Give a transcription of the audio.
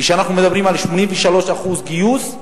כשאנחנו מדברים על 83% גיוס,